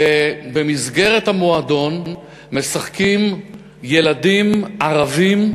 במסגרת המועדון משחקים ילדים ערבים,